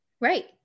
Right